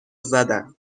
زدن